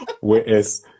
whereas